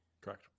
Correct